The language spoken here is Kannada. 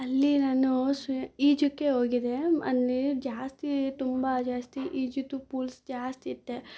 ಅಲ್ಲಿ ನಾನು ಸ್ವಿ ಈಜಕ್ಕೆ ಹೋಗಿದ್ದೆ ಅಲ್ಲಿ ಜಾಸ್ತಿ ತುಂಬ ಜಾಸ್ತಿ ಈಜೋದು ಪೂಲ್ಸ್ ಜಾಸ್ತಿ ಇತ್ತು